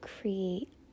create